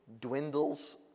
dwindles